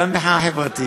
שתיים.